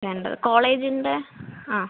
രണ്ട് കോളേജിൻ്റെ ആ